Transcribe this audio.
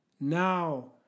Now